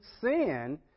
sin